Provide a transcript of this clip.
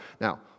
Now